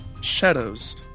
Shadows